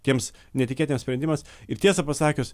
tiems netikėties sprendimas ir tiesą pasakius